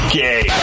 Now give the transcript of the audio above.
gay